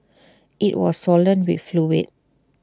IT was swollen with fluid